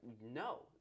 No